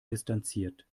distanziert